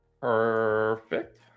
Perfect